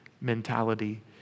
mentality